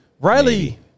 Riley